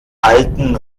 alten